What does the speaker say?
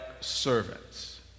servants